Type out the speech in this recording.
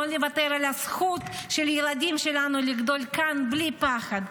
לא נוותר על הזכות של הילדים שלנו לגדול כאן בלי פחד.